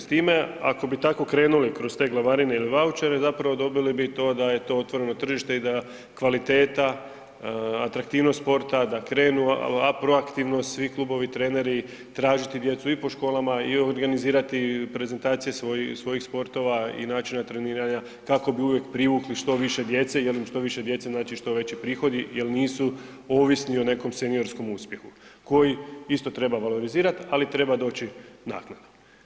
S time ako bi tako krenuli kroz te glavarine il vaučere zapravo dobili bi to da je to otvoreno tržište i da kvaliteta, atraktivnost sporta, da krenu aproaktivno svi klubovi, treneri tražiti djecu i po školama i organizirati prezentacije svojih sportova i načina treniranja kako bi uvijek privukli što više djece jer im što više djece znače što veći prihodi jer nisu ovisni o nekom seniorskom uspjehu koji isto treba valorizirati ali treba doći naknadno.